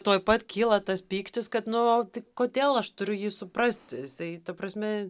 tuoj pat kyla tas pyktis kad nu o tai kodėl aš turiu jį suprasti jisai ta prasme